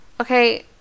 Okay